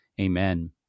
Amen